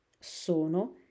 Sono